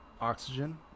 Oxygen